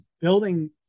building